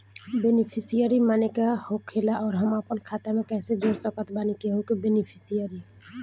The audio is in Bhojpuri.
बेनीफिसियरी माने का होखेला और हम आपन खाता मे कैसे जोड़ सकत बानी केहु के बेनीफिसियरी?